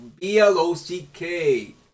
B-L-O-C-K